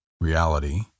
reality